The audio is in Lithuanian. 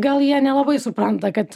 gal jie nelabai supranta kad